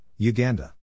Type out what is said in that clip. Uganda